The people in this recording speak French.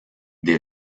des